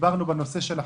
דיברנו על החקלאים,